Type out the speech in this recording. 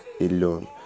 alone